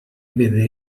que